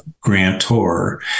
grantor